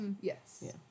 Yes